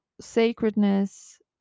sacredness